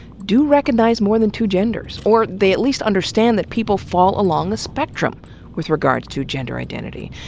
do recognize more than two genders, or they at least understand that people fall along a spectrum with regards to gender identity.